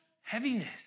heaviness